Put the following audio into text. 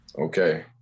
Okay